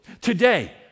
Today